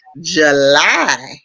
July